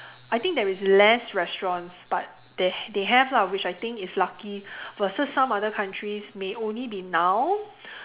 I think there is less restaurants but they they have lah which I think is lucky versus some other countries may only be now